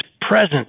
presence